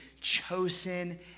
chosen